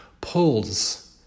pulls